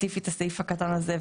ספציפית הסעיף הקטן הזה.